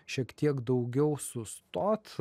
šiek tiek daugiau sustot